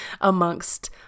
amongst